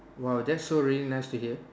!wow! that's so really nice to hear